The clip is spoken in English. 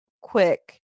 quick